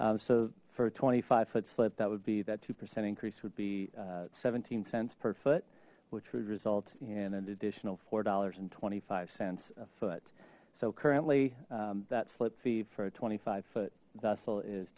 so for a twenty five foot slip that would be that two percent increase would be seventeen cents per foot which would result in an additional four dollars and twenty five cents a foot so currently that slip fee for a twenty five foot vessel is